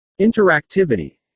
Interactivity